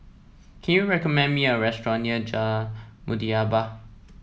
can you recommend me a restaurant near Muhibbah